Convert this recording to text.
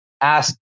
ask